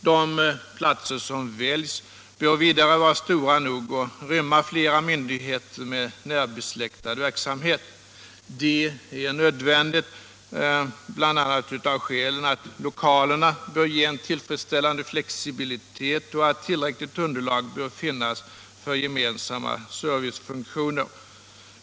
De platser som väljs bör vidare vara stora nog att rymma flera myndigheter med närbesläktad verksamhet. Det är nödvändigt bl.a. av skälen att lokalerna bör ge en tillfredsställande flexibilitet och att tillräckligt underlag bör finnas för gemensamma servicefunktioner.